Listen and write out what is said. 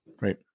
Right